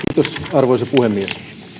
arvoisa puhemies